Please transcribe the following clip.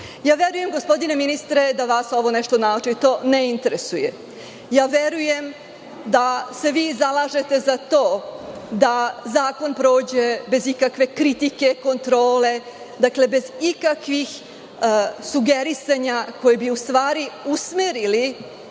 ugroziti? Verujem, gospodine ministre, da vas ovo nešto naročito ne interesuje. Verujem da se vi zalažete za to da zakon prođe bez ikakve kritike, kontrole, bez ikakvih sugerisanja koja bi u stvari usmerili